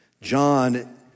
John